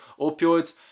opioids